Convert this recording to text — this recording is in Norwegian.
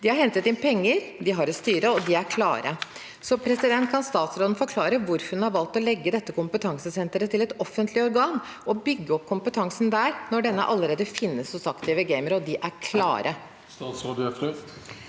De har hentet inn penger, de har et styre, og de er klar. Kan statsråden forklare hvorfor hun har valgt å legge dette kompetansesenteret til et offentlig organ og bygge opp kompetansen der, når dette allerede finnes hos aktive gamere, og de er klar? Statsråd Lubna